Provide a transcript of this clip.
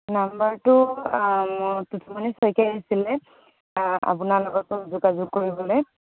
নাম্বাৰটো মোৰ টুটুমণি শইকীয়াই দিছিলে আপোনাৰ লগতো যোগাযোগ কৰিবলে